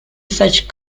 such